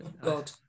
God